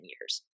years